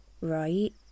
Right